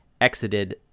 exited